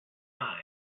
time